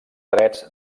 drets